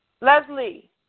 Leslie